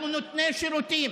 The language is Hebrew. אנחנו נותני שירותים.